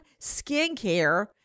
skincare